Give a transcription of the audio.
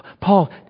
Paul